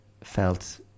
felt